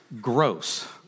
gross